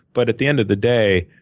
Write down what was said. but at the end of the day,